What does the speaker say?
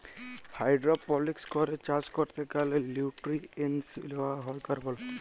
hydroponics করে চাষ ক্যরতে গ্যালে লিউট্রিয়েন্টস লেওয়া হ্যয় কার্বল